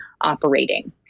operating